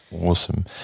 Awesome